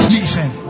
Listen